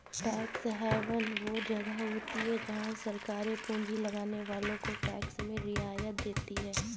tax haven वो जगह होती हैं जहाँ सरकारे पूँजी लगाने वालो को टैक्स में रियायत देती हैं